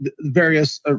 various